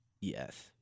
Yes